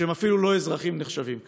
אלא שהם אפילו לא אזרחים נחשבים כאן.